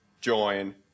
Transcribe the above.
join